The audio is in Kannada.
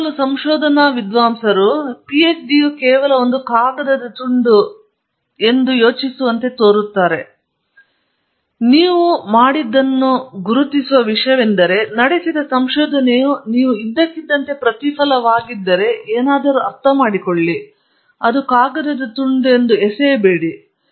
ಬಹುಪಾಲು ಸಂಶೋಧನಾ ವಿದ್ವಾಂಸರು ಪಿಹೆಚ್ಡಿ ಕಾಗದದ ತುಂಡು ಮಾತ್ರ ಎಂದು ನಂತರ ಯೋಚಿಸುವಂತೆ ತೋರುತ್ತದೆ ನೀವು ಮಾಡಿದ್ದನ್ನು ಗುರುತಿಸುವ ವಿಷಯವೆಂದರೆ ಸಂಶೋಧನೆಯು ನಡೆಸಿದ ಸಂಶೋಧನೆಯು ನೀವು ಇದ್ದಕ್ಕಿದ್ದಂತೆ ಪ್ರತಿಫಲವಾಗಿದ್ದರೆ ಏನನ್ನಾದರೂ ಅರ್ಥಮಾಡಿಕೊಳ್ಳಿ ನಂತರ ನಾನು ನಿನ್ನನ್ನು ಭಾವಿಸುತ್ತೇನೆ